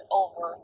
over